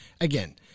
again